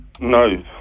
No